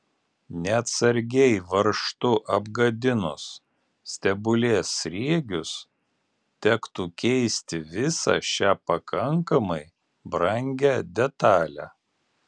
neatsargiai varžtu apgadinus stebulės sriegius tektų keisti visą šią pakankamai brangią detalę